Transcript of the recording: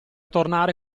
tornare